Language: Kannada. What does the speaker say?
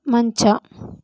ಮಂಚ